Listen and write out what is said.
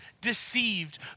deceived